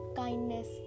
kindness